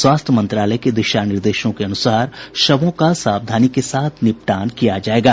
स्वास्थ्य मंत्रालय के दिशा निर्देशों के अनुसार शवों का सावधानी के साथ निपटान किया जाएगा